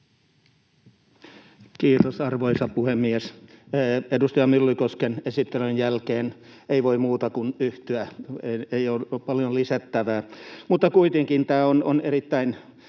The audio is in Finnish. Kiitos, arvoisa puhemies! Edustaja Myllykosken esittelyn jälkeen ei voi muuta kuin yhtyä siihen. Ei ole paljon lisättävää. Tämä on kuitenkin erittäin